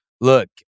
look